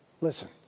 Listen